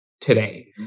today